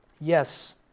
Yes